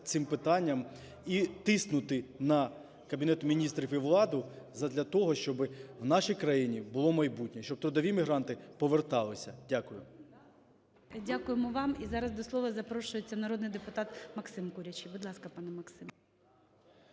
цим питанням і тиснути на Кабінет Міністрів і владу задля того, щоби в нашій країні було майбутнє, щоби трудові мігранти поверталися. Дякую. ГОЛОВУЮЧИЙ. Дякуємо вам. І зараз до слова запрошується народний депутат Максим Курячий. Будь ласка, пане Максиме.